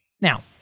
Now